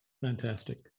Fantastic